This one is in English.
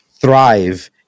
thrive